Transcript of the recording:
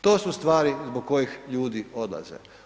To su stvari zbog kojih ljudi odlaze.